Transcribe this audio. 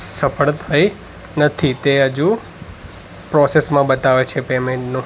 સફળ થઈ નથી તે હજું પ્રોસેસમાં બતાવે છે પેમેન્ટનું